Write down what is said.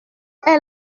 est